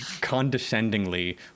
condescendingly